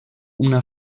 una